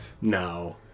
No